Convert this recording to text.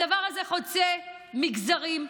הדבר הזה חוצה מגזרים,